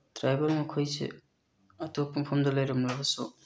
travel ꯃꯈꯣꯏꯁꯦ ꯑꯇꯣꯞꯄ ꯃꯐꯝꯗ ꯂꯩꯔꯝꯂꯕꯁꯨ